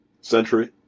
century